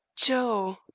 joe!